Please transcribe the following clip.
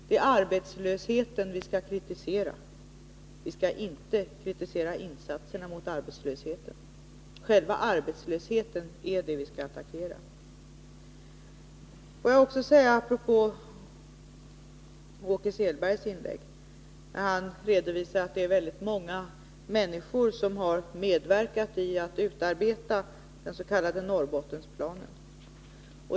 Det är arbetslösheten vi skall kritisera — vi skall inte kritisera insatserna mot arbetslösheten. Själva arbetslösheten är det vi skall attackera. Får jag också säga några ord apropå Åke Selbergs inlägg, där han redovisar att det är väldigt många människor som har medverkat i att utarbeta den s.k. Norrbottensplanen.